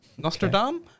Nostradam